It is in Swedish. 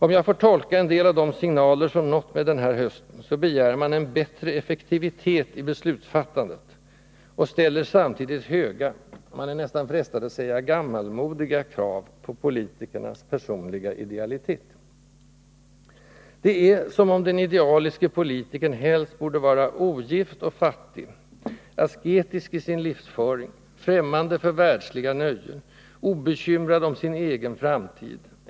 Om jag får tolka en del av de signaler som nått mig den här hösten, så begär man en bättre effektivitet i beslutsfattandet och ställer samtidigt höga — man är nästan frestad att säga ”gammalmodiga” — krav på politikernas personliga idealitet. Det är som om den idealiske politikern helst borde vara ogift och fattig, asketisk i sin livsföring, främmande för världsliga nöjen, obekymrad om sin egen framtid.